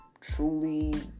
truly